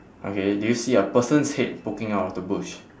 okay do you see a person's head poking out of the bush